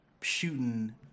shooting